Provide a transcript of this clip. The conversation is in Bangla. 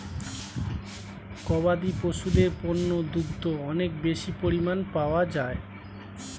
গবাদি পশুদের পণ্য দুগ্ধ অনেক বেশি পরিমাণ পাওয়া যায়